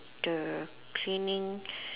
the cleaning